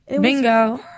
Bingo